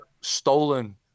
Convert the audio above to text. stolen